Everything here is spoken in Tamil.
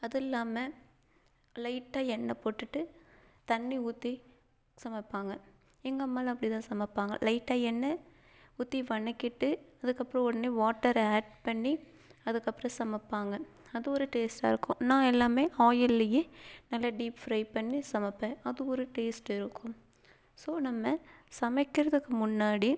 அது இல்லாமல் லைட்டாக எண்ணெய் போட்டுட்டு தண்ணி ஊற்றி சமைப்பாங்க எங்கள் அம்மாவெலாம் அப்படிதான் சமைப்பாங்க லைட்டாக எண்ணெய் ஊற்றி வதக்கிட்டு அதுக்கப்புறம் உடனே வாட்டர் ஆட் பண்ணி அதுக்கப்புறம் சமைப்பாங்க அது ஒரு டேஸ்ட்டாக இருக்கும் நான் எல்லாமே ஆயில்லையே நல்ல டீப் ஃப்ரை பண்ணி சமைப்பேன் அது ஒரு டேஸ்ட் இருக்கும் ஸோ நம்ம சமைக்கிறதுக்கு முன்னாடி